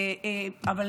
אבל